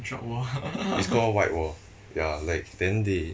it's called white war ya like then they